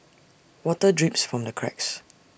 water drips from the cracks